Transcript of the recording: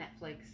Netflix